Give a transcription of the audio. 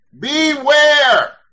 Beware